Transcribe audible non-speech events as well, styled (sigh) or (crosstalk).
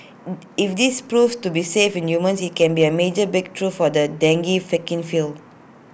(hesitation) if this proves to be safe in humans IT can be A major breakthrough for the dengue vaccine field